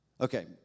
Okay